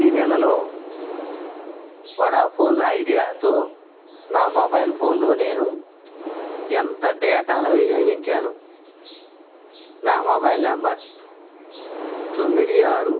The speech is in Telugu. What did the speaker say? ఈ నెలలో వొడాఫోన్ ఐడియాతో నా మొబైల్ ఫోన్లో నేను ఎంత డేటాను వినియోగించాను నా మొబైల్ నెంబర్ తొమ్మిది ఆరు